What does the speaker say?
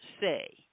say